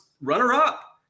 runner-up